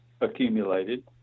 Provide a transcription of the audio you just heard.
accumulated